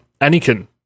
Anakin